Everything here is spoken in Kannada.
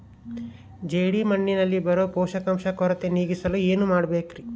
ಜೇಡಿಮಣ್ಣಿನಲ್ಲಿ ಬರೋ ಪೋಷಕಾಂಶ ಕೊರತೆ ನೇಗಿಸಲು ಏನು ಮಾಡಬೇಕರಿ?